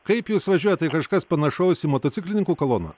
kaip jūs važiuojat tai kažkas panašaus į motociklininkų koloną